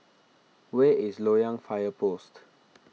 where is Loyang Fire Post